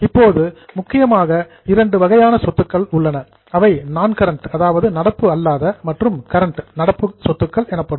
இப்போது முக்கியமாக இரண்டு வகையான சொத்துக்கள் உள்ளன அவை நான் கரண்ட் நடப்பு அல்லாத மற்றும் கரண்ட் நடப்பு சொத்துக்கள் எனப்படும்